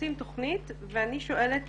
שעושים תוכנית ואני שואלת